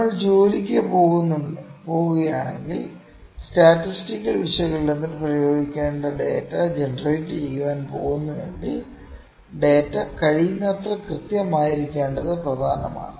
നമ്മൾ ജോലിക്ക് പോകുകയാണെങ്കിൽ സ്റ്റാറ്റിസ്റ്റിക്കൽ വിശകലനത്തിന് പ്രയോഗിക്കേണ്ട ഡാറ്റ ജനറേറ്റ് ചെയ്യാൻ പോകുന്നുവെങ്കിൽ ഡാറ്റ കഴിയുന്നത്ര കൃത്യമായിരിക്കേണ്ടത് പ്രധാനമാണ്